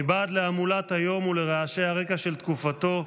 מבעד להמולת היום ולרעשי הרקע של תקופתו,